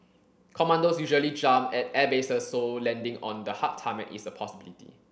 commandos usually jump at airbases so landing on the hard tarmac is a possibility